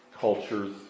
cultures